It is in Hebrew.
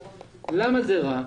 למה זה רע?